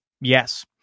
yes